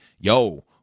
yo